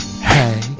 hey